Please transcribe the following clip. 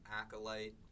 Acolyte